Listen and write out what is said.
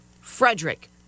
Frederick